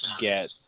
get